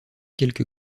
quelque